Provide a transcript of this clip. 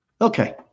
Okay